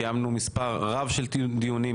קיימנו מספר רב של דיונים,